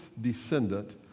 descendant